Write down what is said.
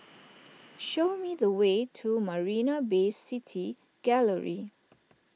show me the way to Marina Bay City Gallery